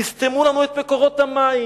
יסתמו לנו את מקורות המים.